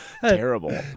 terrible